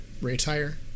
retire